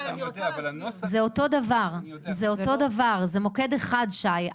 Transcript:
זה אותו דבר, זה אותו דבר, זה מוקד אחד שי.